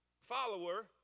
follower